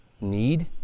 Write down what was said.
need